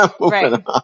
Right